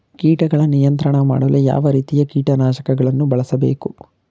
ಕೀಟಗಳ ನಿಯಂತ್ರಣ ಮಾಡಲು ಯಾವ ರೀತಿಯ ಕೀಟನಾಶಕಗಳನ್ನು ಬಳಸಬೇಕು?